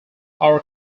our